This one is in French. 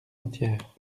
entière